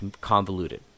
convoluted